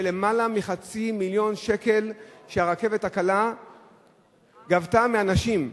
למעלה מחצי מיליון שקל שהרכבת הקלה גבתה מאנשים.